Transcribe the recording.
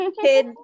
kid